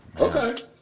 Okay